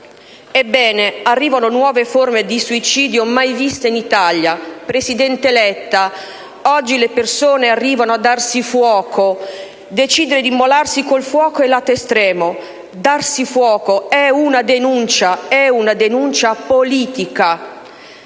Ebbene, arrivano nuove forme di suicidio mai viste in Italia. Presidente Letta, oggi le persone arrivano a darsi fuoco. Decidere di immolarsi col fuoco è l'atto estremo; darsi fuoco è una denuncia, una denuncia politica.